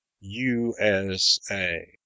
USA